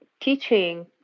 teaching